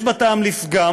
יש בה טעם לפגם,